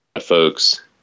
Folks